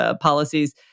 policies